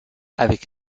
avec